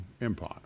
Empire